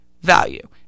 value